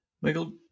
Michael